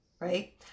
right